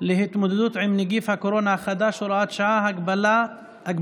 להתמודדות עם נגיף הקורונה החדש (הוראת שעה) (הגבלות